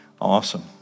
Awesome